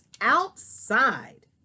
outside